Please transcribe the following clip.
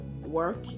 Work